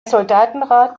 soldatenrat